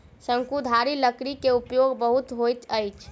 शंकुधारी लकड़ी के उपयोग बहुत होइत अछि